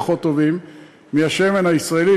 פחות טובים מהשמן הישראלי,